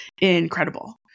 incredible